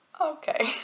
Okay